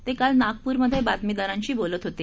ते काल नागप्रमध्ये बातमीदारांशी बोलत होते